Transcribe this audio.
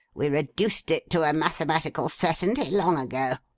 we reduced it to a mathematical certainty long ago